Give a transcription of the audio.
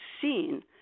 seen